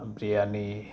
biryani